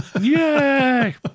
Yay